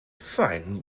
fine